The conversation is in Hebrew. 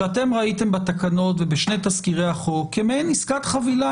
שאתם ראיתם בתקנות ובשני תזכירי החוק כמעין עסקת חבילה